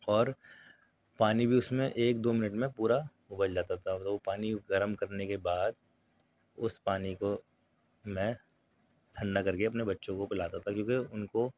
اور پانی بھی اس میں ایک دو منٹ میں پورا ابل جاتا تھا وہ پانی گرم کرنے کے بعد اس پانی کو میں ٹھنڈا کر کے اپنے بچوں کو پلاتا تھا کیونکہ ان کو